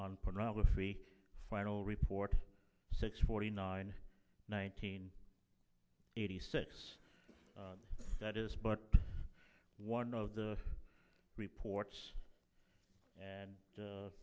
on pornography final report six forty nine nineteen eighty six that is but one of the reports and